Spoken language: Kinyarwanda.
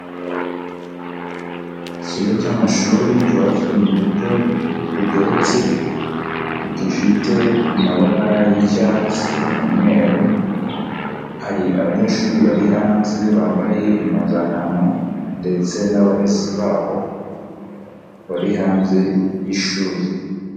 Ikigo cy'amashuri cyubatswe mu buryo bugeretse, gifite amabara y'icyatsi, umweru, hari abanyeshuri bari hanze, bambaye impuzankano ndetse n'abarezi babo bari hanze y'ishuri.